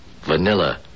Vanilla